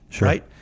right